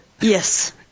Yes